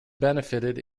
benefited